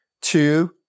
two